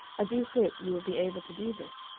i do hope you will be able to do this,